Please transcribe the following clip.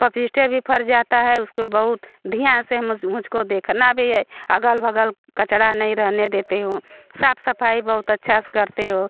पपीता भी फल जाता है उसको बहुत ध्यान से मुझ को देखना भी है और अगल बग़ल कचरा नहीं रहने देती हूँ साफ़ सफ़ाई बहुत अच्छा से करती हूँ